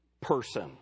person